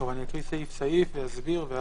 אקריא סעיף סעיף ואסביר.